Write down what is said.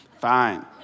fine